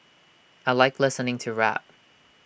I Like listening to rap